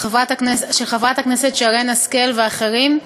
של חברת הכנסת שרן השכל ואחרים,